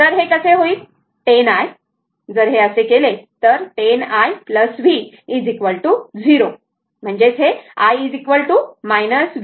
तर हे कसे होईल 10 i जर हे असे केले तर 10 i v 0